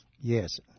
Yes